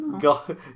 God